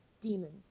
demons